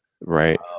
Right